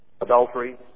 adultery